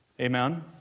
Amen